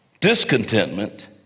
discontentment